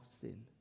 sin